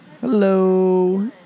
Hello